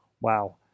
Wow